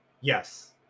Yes